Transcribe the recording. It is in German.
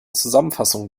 zusammenfassung